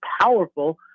powerful